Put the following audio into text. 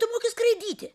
tu moki skraidyti